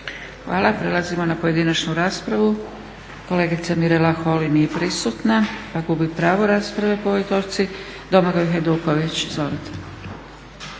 Hvala. Prelazimo na pojedinačnu raspravu. Kolegica Mirela Holy nije prisutna, pa gubi pravo rasprave po ovoj točci. Domagoj Hajduković, izvolite.